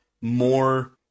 more